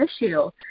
issue